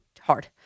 hard